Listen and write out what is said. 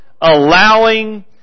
allowing